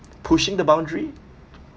pushing the boundary